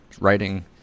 writing